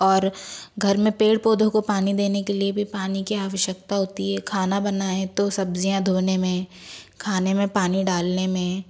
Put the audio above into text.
और घर में पेड़ पौधों को भी पानी देने के लिए भी पानी की आवश्यकता होती है खाना बनाए तो सब्ज़ियाँ धोने में खाने में पानी डालने में